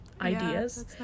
ideas